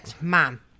Mom